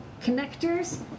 connectors